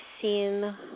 seen